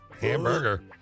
Hamburger